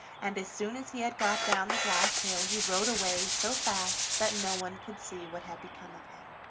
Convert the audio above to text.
and as soon as he had got down the glass hill he rode away so fast that no one could see what had become of him.